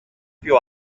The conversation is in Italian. più